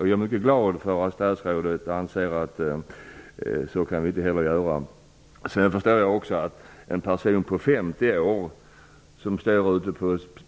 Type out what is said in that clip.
Jag är mycket glad för att statsrådet anser att vi inte heller kan göra så. Jag förstår också att en person på 50 år, som står ute